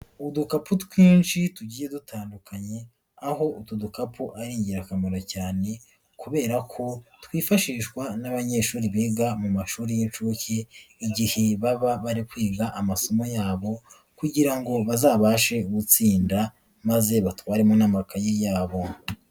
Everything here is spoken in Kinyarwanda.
Udukapu twinshi tugiye dutandukanye, aho utu dukapu ari ingirakamaro cyane kubera ko twifashishwa n'abanyeshuri biga mu mashuri y'inshuke, igihe baba bari kwiga amasomo yabo kugira ngo bazabashe gutsinda maze batwaremo n'amakayi yabo.